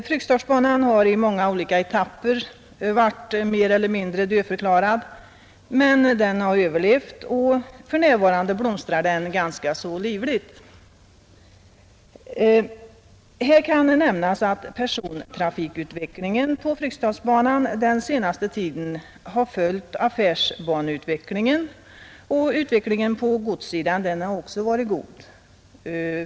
Fryksdalsbanan har i många olika etapper varit mer eller mindre dödförklarad, men den har överlevt, och för närvarande blomstrar den ganska livligt. Här kan nämnas att persontrafikutvecklingen på Fryksdalsbanan den senaste tiden har följt affärsbaneutvecklingen, och utvecklingen på godssidan har också varit god.